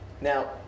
Now